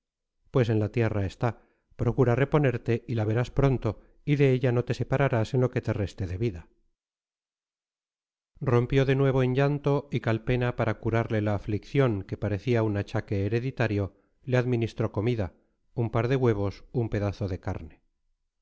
pues en la tierra está procura reponerte y la verás pronto y de ella no te separarás en lo que te reste de vida rompió de nuevo en llanto y calpena para curarle la aflicción que parecía un achaque hereditario le administró comida un par de huevos un pedazo de carne